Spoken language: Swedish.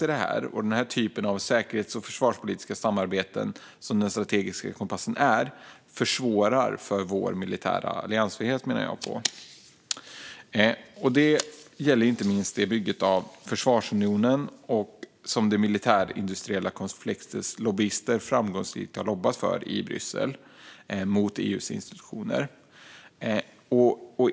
Den strategiska kompassen och denna typ av säkerhets och försvarspolitiska samarbeten försvårar för vår militära alliansfrihet, menar jag. Det gäller inte minst bygget av försvarsunionen, som det militär-industriella komplexets lobbyister framgångsrikt har lobbat för i Bryssel mot EU:s institutioner.